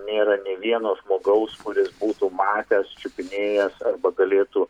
nėra nė vieno žmogaus kuris būtų matęs čiupinėjęs arba galėtų